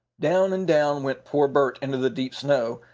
down and down went poor bert into the deep snow,